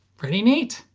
pretty neat!